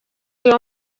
iyo